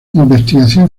investigación